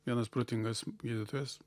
vienas protingas gydytojas